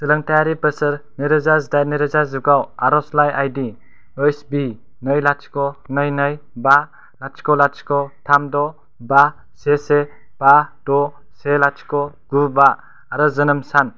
सोलोंथायारि बोसोर नैरोजा जिदाइन नैरोजा जिगुआव आरजलाइ आई डी ओच भि नै लाथिख' नै नै बा लाथिख' लाथिख' थाम द' बा से से बा द' से लाथिख' गु बा आरो जोनोम सान